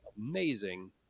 amazing